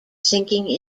sinking